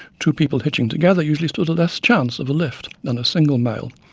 two people hitching together usually stood less chance of a lift than a single male,